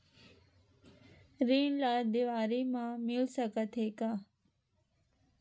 ऋण ला देवारी मा मिल सकत हे